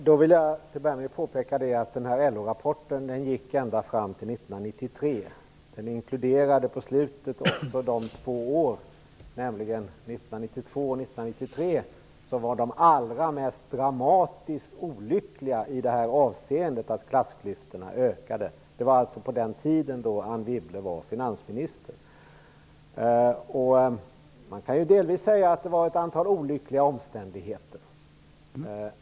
Herr talman! Jag vill börja med att påpeka att denna LO-rapport omfattar tiden ända fram till 1993. Den inkluderar de två år, nämligen 1992 och 1993, som var de allra mest dramatiskt olyckliga i det avseendet att klassklyftorna ökade. Det var alltså under den tid då Anne Wibble var finansminister. Man kan delvis säga att det förelåg ett antal olyckliga omständigheter.